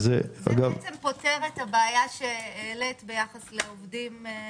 זה פותר את הבעיה שהעלית ביחס לעובדים.